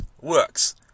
works